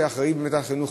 שאחראי לחינוך,